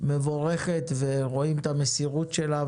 מבורכת ורואים את מסירותה.